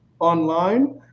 online